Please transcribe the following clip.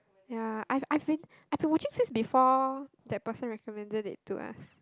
ya I've I've been I've been watching since before that person recommended it to us